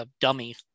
dummy